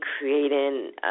creating